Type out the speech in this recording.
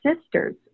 sister's